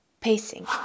pacing